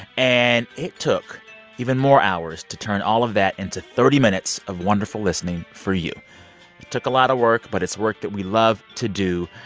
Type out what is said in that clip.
and it took even more hours to turn all of that into thirty minutes of wonderful listening for you it took a lot of work, but it's work that we love to do.